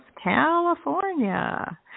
California